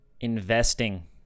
investing